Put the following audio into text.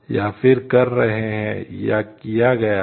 या फिर कर रहे हैं या किया गया हैं